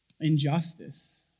injustice